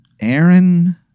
Aaron